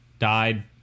died